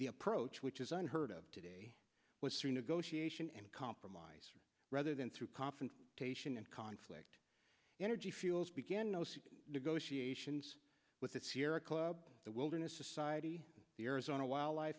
the approach which is unheard of today was to negotiation and compromise rather than through constant patient and conflict energy fuels begin negotiations with this year a club the wilderness society the arizona wildlife